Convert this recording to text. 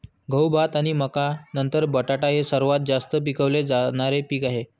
गहू, भात आणि मका नंतर बटाटा हे सर्वात जास्त पिकवले जाणारे पीक आहे